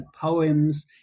poems